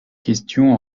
questions